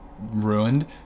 ruined